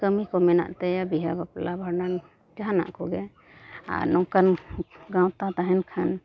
ᱠᱟᱹᱢᱤ ᱠᱚ ᱢᱮᱱᱟᱜ ᱛᱟᱭᱟ ᱵᱤᱦᱟᱹ ᱵᱟᱯᱞᱟ ᱵᱷᱟᱸᱰᱟᱱ ᱡᱟᱦᱟᱱᱟᱜ ᱠᱚᱜᱮ ᱟᱨ ᱱᱚᱝᱠᱟᱱ ᱜᱟᱶᱛᱟ ᱛᱟᱦᱮᱱ ᱠᱷᱟᱱ